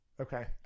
Okay